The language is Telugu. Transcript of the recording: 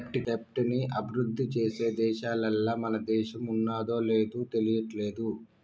దెబ్ట్ ని అభిరుద్ధి చేసే దేశాలల్ల మన దేశం ఉన్నాదో లేదు తెలియట్లేదు